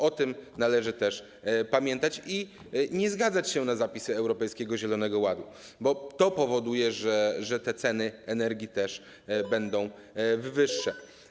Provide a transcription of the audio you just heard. O tym należy też pamiętać i nie zgadzać się na zapisy Europejskiego Zielonego Ładu, bo to powoduje, że te ceny energii też będą wyższe.